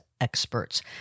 experts